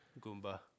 Goomba